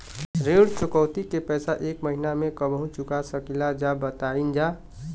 ऋण चुकौती के पैसा एक महिना मे कबहू चुका सकीला जा बताईन जा?